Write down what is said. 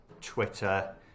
Twitter